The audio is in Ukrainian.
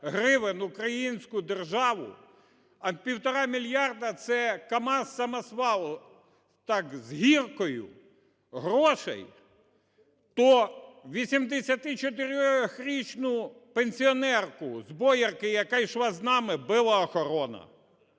гривень українську державу, а 1,5 мільярди – це КамАЗ, самосвал, так, з гіркою, грошей, то 84-річну пенсіонерку з Боярки, яка йшла з нами, била охорона.